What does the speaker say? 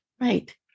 Right